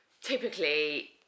typically